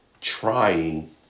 trying